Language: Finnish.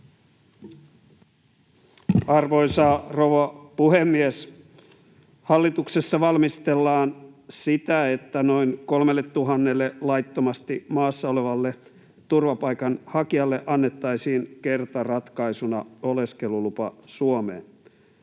Arvoisa rouva puhemies! Hallituksessa valmistellaan sitä, että noin 3 000:lle laittomasti maassa olevalle turvapaikanhakijalle annettaisiin kertaratkaisuna oleskelulupa Suomeen.